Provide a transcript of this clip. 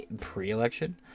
pre-election